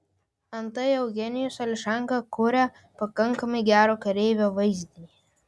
antai eugenijus ališanka kuria pakankamai gero kareivio vaizdinį